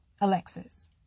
Alexis